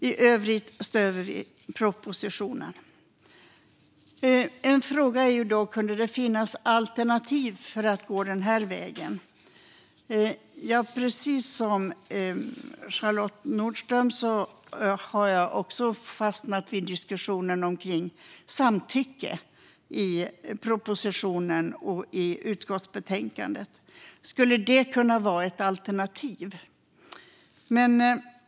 I övrigt stöder vi propositionen. Frågan är dock om det finns alternativ till att gå den här vägen. Precis som Charlotte Nordström har jag fastnat för diskussionen om samtycke i propositionen och i utskottsbetänkandet. Skulle det kunna vara ett alternativ?